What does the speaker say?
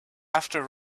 after